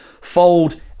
fold